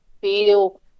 feel